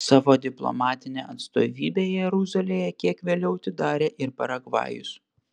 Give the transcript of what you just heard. savo diplomatinę atstovybę jeruzalėje kiek vėliau atidarė ir paragvajus